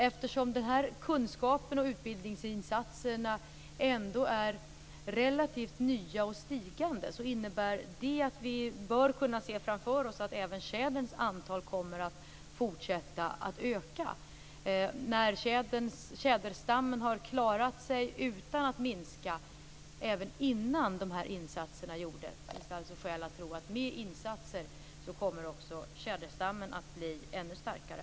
Eftersom den här kunskapen och utbildningsinsatserna ändå är relativt nya och stigande innebär det att vi bör kunna se framför oss att även tjäderns antal kommer att fortsätta att öka. När tjäderstammen har klarat sig utan att minska även innan de insatserna gjordes finns det skäl att tro att med insatser kommer också tjäderstammen att bli ännu starkare.